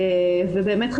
ובאמת,